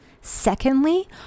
Secondly